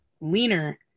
leaner